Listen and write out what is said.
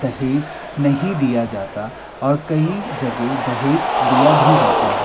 दहेज नहीं दिया जाता और कई जगह दहेज दिया भी जाता है